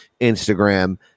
Instagram